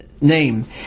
name